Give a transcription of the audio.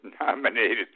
nominated